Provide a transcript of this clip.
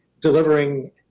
delivering